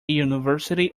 university